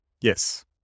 Yes